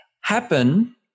happen